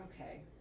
Okay